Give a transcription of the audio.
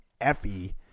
Effie